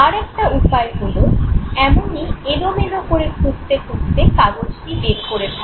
আর একটা উপায় হলো এমনিই এলোমেলো করে খুঁজতে খুঁজতে কাগজটি বের করে ফেলা